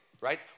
right